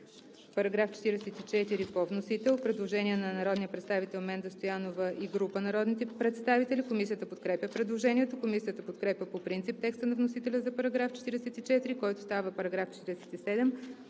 По § 44 по вносител, има предложение на народния представител Менда Стоянова и група народни представители. Комисията подкрепя предложението. Комисията подкрепя по принцип текста на вносителя за § 44, който става § 47